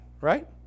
right